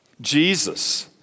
jesus